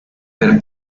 per